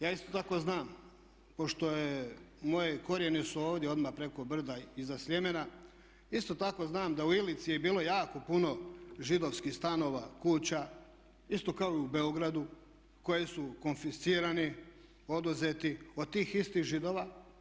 Ja isto tako znam pošto je, moji korijeni su ovdje odmah preko brda iza Sljemena, isto tako znam da u Ilici je bilo jako puno židovskih stanova, kuća, isto kao u Beogradu koji su konfiscirani, oduzeti od tih istih Židova.